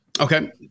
Okay